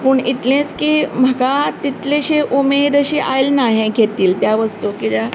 पूण इतलेंच की म्हाका तितलीशी उमेद अशी आयली ना हें घेतिल्लें त्या वस्तूक कित्याक